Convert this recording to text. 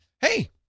hey